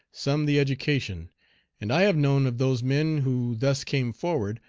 some the education and i have known of those men who thus came forward,